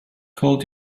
called